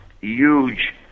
huge